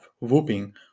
whooping